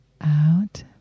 out